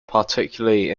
particularly